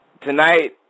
tonight